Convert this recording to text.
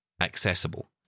accessible